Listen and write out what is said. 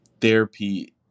therapy